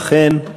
אכן.